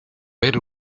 ver